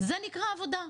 זה נקרא עבודה.